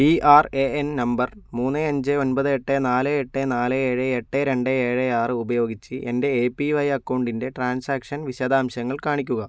P R A N number മൂന്ന് അഞ്ച് ഒൻപത് എട്ട് നാല് എട്ട് നാല് ഏഴ് എട്ട് രണ്ട് ഏഴ് ആറ് ഉപയോഗിച്ച് എൻ്റെ എ പി വൈ അക്കൗണ്ടിൻ്റെ ട്രാൻസാക്ഷൻ വിശദാംശങ്ങൾ കാണിക്കുക